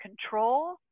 control